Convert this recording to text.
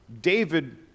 David